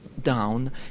down